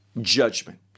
judgment